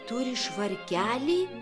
turi švarkelį